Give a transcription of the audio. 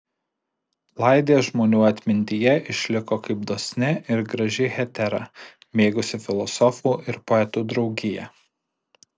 laidė žmonių atmintyje išliko kaip dosni ir graži hetera mėgusi filosofų ir poetų draugiją